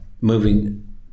moving